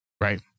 Right